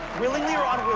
willingly or